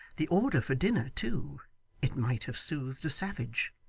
the order for dinner too it might have soothed a savage.